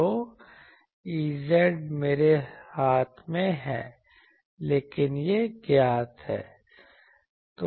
तो Ez मेरे हाथ में है लेकिन यह ज्ञात है